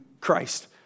Christ